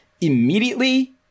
Immediately